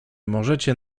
możecie